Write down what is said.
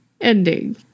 ending